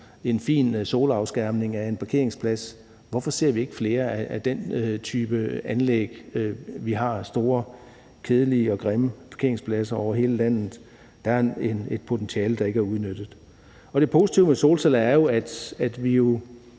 en fin solafskærmning af en parkeringsplads. Hvorfor ser vi ikke flere af den type anlæg? Vi har store, kedelige og grimme parkeringspladser over hele landet. Der er et potentiale, der ikke er udnyttet. Kl. 11:53 Det positive ved solceller er jo, at vi